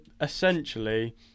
essentially